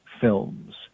Films